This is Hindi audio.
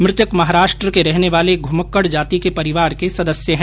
मृतक महाराष्ट्र के रहने वाले घुमक्कड जाति के परिवार के सदस्य है